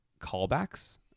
callbacks